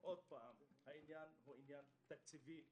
זה עניין תקציבי גרידא.